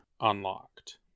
Unlocked